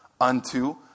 unto